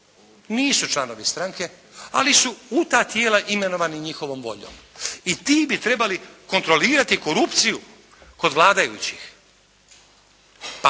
nisu članovi stranke, ali su u ta tijela imenovani njihovom voljom i ti bi trebali kontrolirati korupciju kod vladajućih. Pa